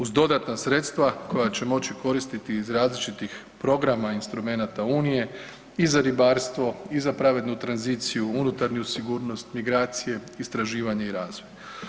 Uz dodatna sredstva koja će moći koristiti iz različitih programa instrumenata unije i za ribarstvo i za pravednu tranziciju, unutarnju sigurnost, migracije, istraživanje i razvoj.